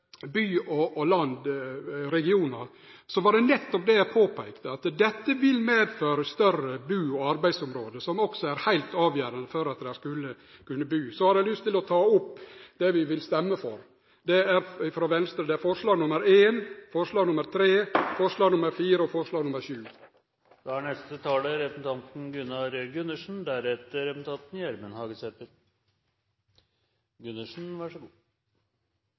by og land – regionar – var det nettopp det eg påpeikte: Dette vil medføre større bu- og arbeidsområde, som er heilt avgjerande for at ein skal kunne bu på desse stadene. Eg har òg lyst til å seie kva for forslag frå Venstre vi vil stemme for. Det er forslagene nr. 1, nr. 3, nr. 4 og nr. 7. Jeg ble avlagt en visitt av representanten Olov Grøtting, og da